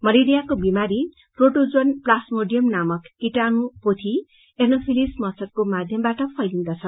मलेरियाको बिमारी protozoan plasmodium नामक कीटाणू पोथी एनोफिलीज मच्छरको माध्यमबाट फैलिंदछ